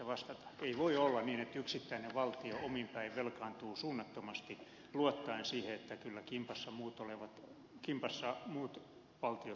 ei voi olla niin että yksittäinen valtio omin päin velkaantuu suunnattomasti luottaen siihen että kyllä kimpassa muut valtiot sitten tulevat pelastamaan